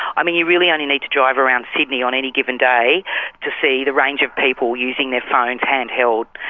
i mean, you really only need to drive around sydney on any given day to see the range of people using their phones handheld.